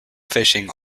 fishing